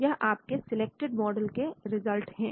यह आपके selected model के रिजल्ट हैं